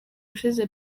ushize